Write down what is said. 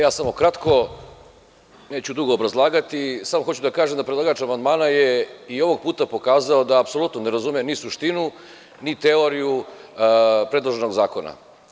Ja samo kratko, neću dugo obrazlagati, samo hoću da kažem da predlagač amandmana je i ovog puta pokazao da apsolutno ne razume ni suštinu ni teoriju predloženog zakona.